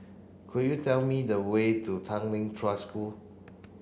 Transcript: could you tell me the way to Tanglin Trust School